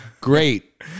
Great